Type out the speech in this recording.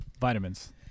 vitamins